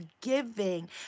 giving